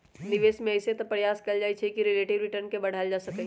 निवेश में अइसे तऽ प्रयास कएल जाइ छइ कि रिलेटिव रिटर्न के बढ़ायल जा सकइ